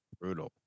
brutal